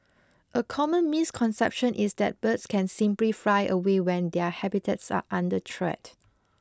a common misconception is that birds can simply fly away when their habitats are under threat